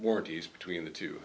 warranties between the two